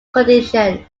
condition